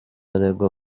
aregwa